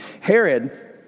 Herod